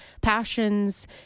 passions